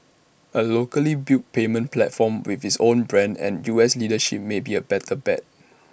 A locally built payments platform with its own brand and U S leadership may be A better bet